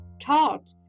taught